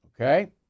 okay